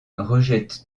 rejettent